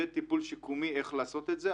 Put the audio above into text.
וטיפול שיקומי איך לעשות את זה.